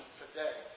today